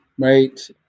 right